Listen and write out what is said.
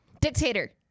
dictator